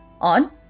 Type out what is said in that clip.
on